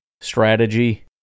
strategy